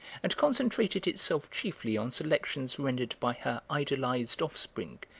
and concentrated itself chiefly on selections rendered by her idolised offspring,